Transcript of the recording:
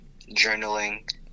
journaling